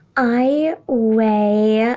i weigh, yeah